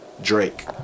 Drake